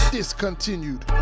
Discontinued